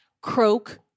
croak